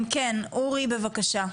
אורי בבקשה.